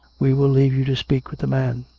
we will leave you to speak with the man.